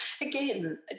Again